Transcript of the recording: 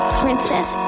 princess